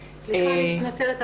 קצר,